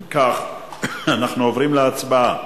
אם כך, אנחנו עוברים להצבעה